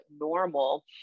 normal